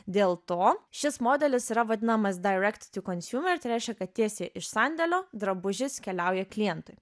dėl to šis modelis yra vadinamas tai reiškia kad tiesiai iš sandėlio drabužis keliauja klientui